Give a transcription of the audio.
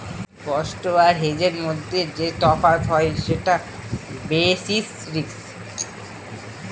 spot আর হেজের মধ্যে যে তফাৎ হয় সেটা বেসিস রিস্ক